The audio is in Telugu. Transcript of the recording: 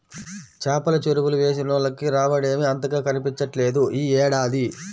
చేపల చెరువులు వేసినోళ్లకి రాబడేమీ అంతగా కనిపించట్లేదు యీ ఏడాది